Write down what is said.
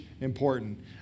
important